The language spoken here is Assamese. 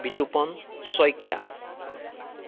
বিতোপন শইকীয়া